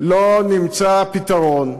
לא נמצא פתרון,